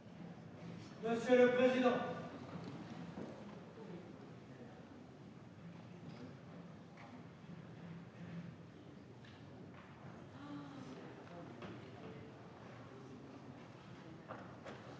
monsieur le président,